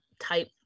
type